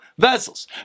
vessels